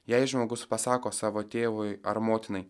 jei žmogus pasako savo tėvui ar motinai